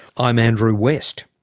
i'm andrew west.